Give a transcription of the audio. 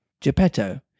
Geppetto